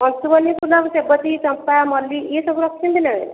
ମଖୁମାଲି ଫୁଲ ଆଉ ସେବତୀ ଚମ୍ପା ମଲ୍ଲି ଏସବୁ ରଖିଛନ୍ତି ନା ନାହିଁ